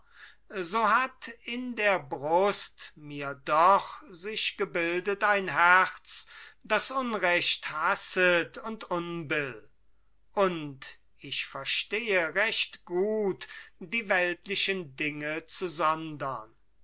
so hat in der brust mir doch sich gebildet ein herz das unrecht hasset und unbill und ich verstehe recht gut die weltlichen dinge zu